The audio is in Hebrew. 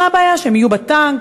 מה הבעיה שהן יהיו בטנק?